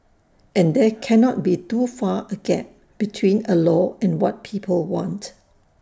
and there cannot be too far A gap between A law and what people want